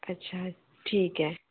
अच्छा ठीक आहे